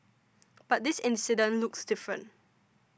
but this incident looks different